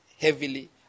heavily